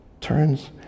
turns